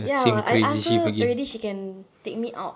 ya I asked her already she can take me out